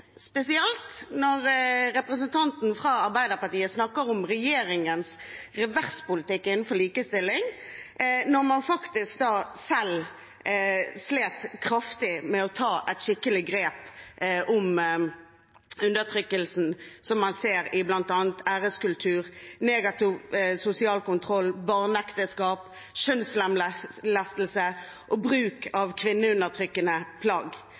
spesielt når representanten fra Arbeiderpartiet snakker om regjeringens reverspolitikk innenfor likestilling, når man selv slet kraftig med å ta et skikkelig grep om undertrykkelsen som man ser i bl.a. æreskultur, negativ sosial kontroll, barneekteskap, kjønnslemlestelse og bruk av kvinneundertrykkende plagg.